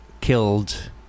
killed